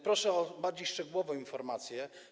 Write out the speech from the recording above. Proszę o bardziej szczegółową informację.